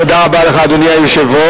תודה רבה לך, אדוני היושב-ראש.